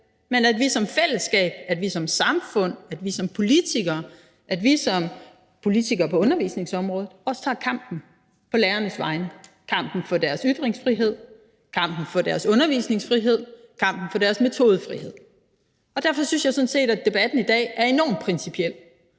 men at vi som fællesskab, som samfund, som politikere og som politikere på undervisningsområdet også tager kampen på lærernes vegne – kampen for deres ytringsfrihed, kampen for deres undervisningsfrihed, kampen for deres metodefrihed. Derfor synes jeg sådan set, at debatten i dag er enormt principiel,